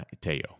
Teo